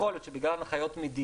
יכול להיות שבגלל הנחיות מדינה,